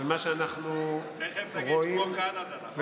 מה שאנחנו, תכף תגיד שזה כמו קנדה, נכון?